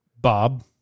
Bob